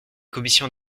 commission